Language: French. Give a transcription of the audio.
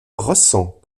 ressent